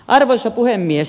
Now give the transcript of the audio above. arvoisa puhemies